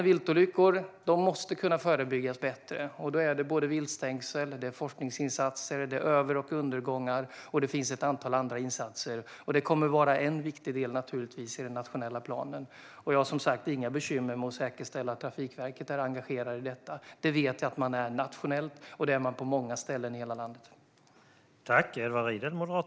Viltolyckor måste kunna förebyggas bättre, och då handlar det om viltstängsel, forskningsinsatser och över och undergångar liksom ett antal andra insatser. Det kommer naturligtvis att vara en viktig del i den nationella planen, och jag har som sagt inga bekymmer med att säkerställa att Trafikverket är engagerat i detta. Det vet jag att man är nationellt, och det är man på många ställen i hela landet.